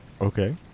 Okay